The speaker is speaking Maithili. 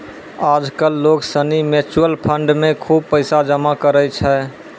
आज कल लोग सनी म्यूचुअल फंड मे खुब पैसा जमा करै छै